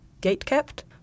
gate-kept